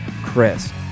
chris